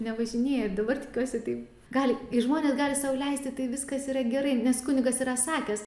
nevažinėja dabar tikiuosi tai gali ir žmonės gali sau leisti tai viskas yra gerai nes kunigas yra sakęs